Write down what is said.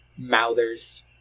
Mouthers